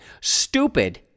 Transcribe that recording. Stupid